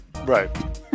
Right